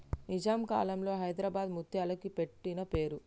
నిజాం కాలంలో హైదరాబాద్ ముత్యాలకి పెట్టిన పేరు